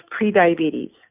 prediabetes